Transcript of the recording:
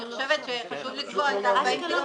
אני חושבת שחשוב לקבוע את מספר הקילומטרים.